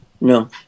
No